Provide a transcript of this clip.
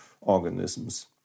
organisms